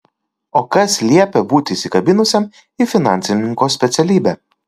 o kas liepia būti įsikabinusiam į finansininko specialybę